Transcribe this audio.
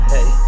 Hey